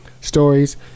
Stories